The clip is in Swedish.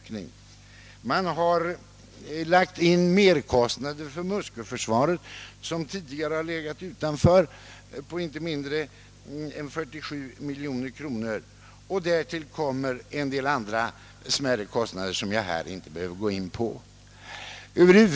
Man har vidare lagt in merkostnader för Muskö-försvaret — som tidigare har legat utanför — på inte mindre än 47 miljoner kronor. Därtill kommer en del andra smärre kostnader som jag inte skall gå in på.